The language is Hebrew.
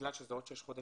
בגלל שזה עוד 6 חודשים,